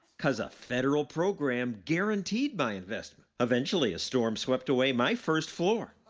cause a federal program guaranteed my investment. eventually, a storm swept away my first floor,